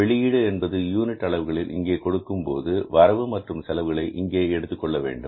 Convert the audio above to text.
வெளியீடு என்பது யூனிட் அளவுகளில் இங்கே கொடுக்கும்போது வரவு மற்றும் செலவு களை இங்கே எடுத்துக் கொள்ள வேண்டும்